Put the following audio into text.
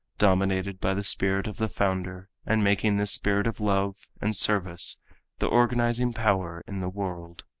dominated by the spirit of the founder and making this spirit of love and service the organizing power in the world.